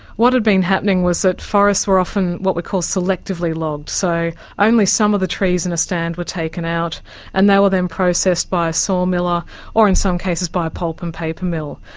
what had been happening was that forests were often what we call selectively logged, so only some of the trees in a stand were taken out and they were then processed by a saw miller or in some cases by a pulp and paper mill.